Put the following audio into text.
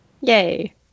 Yay